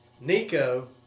Nico